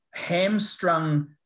hamstrung